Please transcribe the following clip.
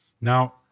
Now